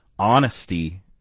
honesty